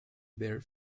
better